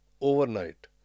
overnight